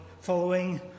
following